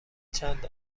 چند